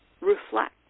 reflect